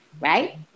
right